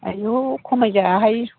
आइयु खमायजाया हाय